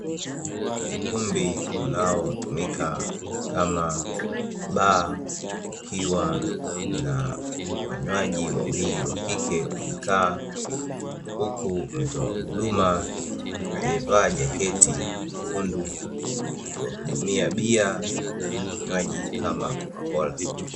Ukumbi unaotumika kama baa, ukiwa na wanywaji wawili wa kike wamekaa, huku mtoa huduma aliyevaa jaketi jekundu akiwahudumia bia na vinywaji kama kokakola.